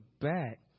back